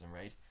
right